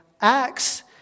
Acts